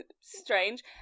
Strange